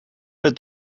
but